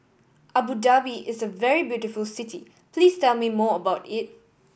Abu Dhabi is a very beautiful city please tell me more about it